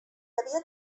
havia